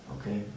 Okay